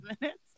minutes